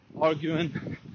arguing